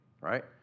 right